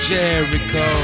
Jericho